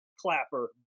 Clapper